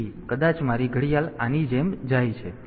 તેથી કદાચ મારી ઘડિયાળ આની જેમ જાય છે